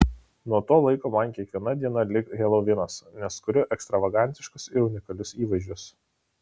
nuo to laiko man kiekviena diena lyg helovinas nes kuriu ekstravagantiškus ir unikalius įvaizdžius